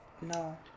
No